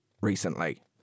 Recently